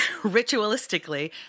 ritualistically